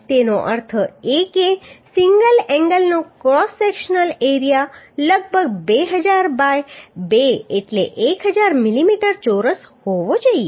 તેનો અર્થ એ કે સિંગલ એન્ગલનો ક્રોસ સેક્શનલ એરિયા લગભગ 2000 બાય 2 એટલે 1000 મિલીમીટર ચોરસ હોવો જોઈએ